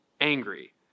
angry